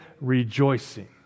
rejoicing